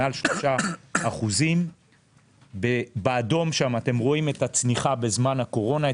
מעל 3%. אתם רואים את הצניחה בזמן הקורונה,